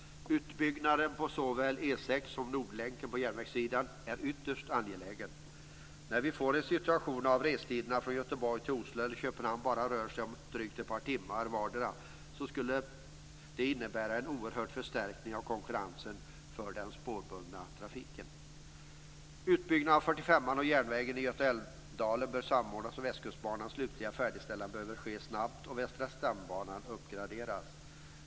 Utbyggnaden av såväl E 6 som Nordlänken på järnvägssidan är ytterst angelägen. När vi får en situation att restiderna från Göteborg till Oslo eller Köpenhamn rör sig om bara drygt ett par timmar vardera skulle det innebära en oerhörd förstärkning av konkurrensen för den spårbundna trafiken. Utbyggnad av 45:an och järnvägen i Götaälvdalen bör samordnas, och Västkustbanans slutliga färdigställande behöver ske snabbt och Västra stambanan uppgraderas.